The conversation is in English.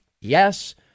Yes